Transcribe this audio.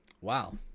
Wow